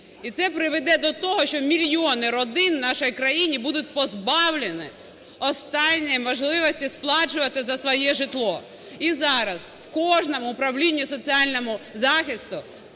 І це приведе до того, що мільйони родин у нашій країні будуть позбавлені останньої можливості сплачувати за своє житло. І зараз у кожному управлінні соціального захисту